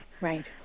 Right